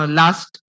last